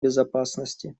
безопасности